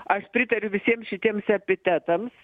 aš pritariu visiems šitiems epitetams